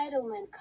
entitlement